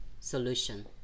solution